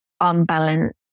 unbalanced